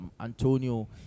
Antonio